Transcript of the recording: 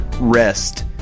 rest